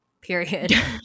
period